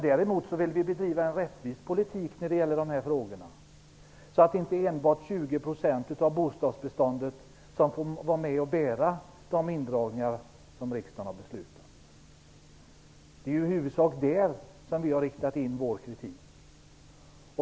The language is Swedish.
Däremot vill vi bedriva en rättvis politik i dessa frågor, så att inte enbart 20 % av bostadsbeståndet skall få bära de indragningar som riksdagen har beslutat om. Det är i huvudsak mot detta som vi har riktat vår kritik.